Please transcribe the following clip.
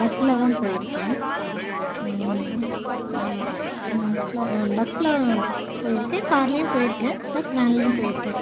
பஸ்ஸில் தான் போய் இருக்கேன் பஸ்ஸில் போய் இருக்கேன் கார்லையும் போய் இருக்கேன் ப்ளஸ் வேன்லையும் போய் இருக்கேன்